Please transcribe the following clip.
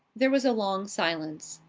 there was a long silence.